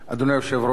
אדוני השר,